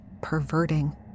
perverting